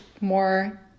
more